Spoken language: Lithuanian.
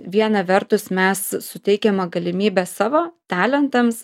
viena vertus mes suteikiama galimybė savo talentams